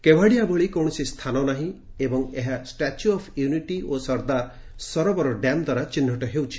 କେଓ୍ୱାଡିଆ ଭଳି କୌଣସି ସ୍ଥାନ ନାହିଁ ଏବଂ ଏହା ଷ୍ଟାଚ୍ୟୁ ଅଫ୍ ୟୁନିଟି ଓ ସର୍ଦ୍ଦାର ସରୋବର ଡ୍ୟାମ୍ ଦ୍ୱାରା ଚିହ୍ନଟ ହେଉଛି